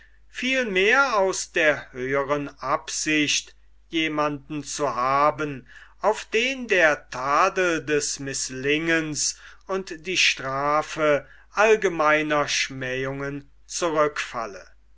vielmehr aus der höhern absicht jemanden zu haben auf den der tadel des mißlingens und die strafe allgemeiner schmähungen zurückfalle